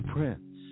Prince